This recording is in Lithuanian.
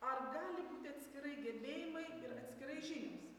ar gali būti atskirai gebėjimai ir atskirais žinios